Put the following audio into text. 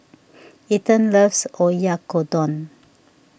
Ethen loves Oyakodon